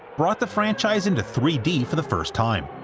brought the franchise into three d for the first time.